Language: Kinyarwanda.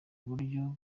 uburyo